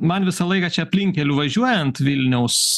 man visą laiką čia aplinkkeliu važiuojant vilniaus